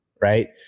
right